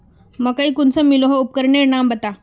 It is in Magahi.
मकई कुंसम मलोहो उपकरनेर नाम बता?